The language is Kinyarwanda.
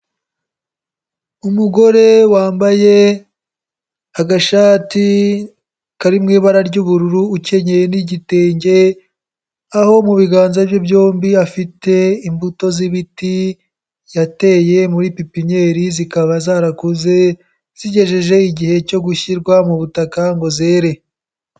Umugore wambaye agashati kari mu ibara ry'ubururu, ukennye n'igitenge aho mu biganza bye byombi afite imbuto z'ibiti yateye muri pipinyeri zikaba zarakuze zigejeje igihe cyo gushyirwa mu butaka ngo zere.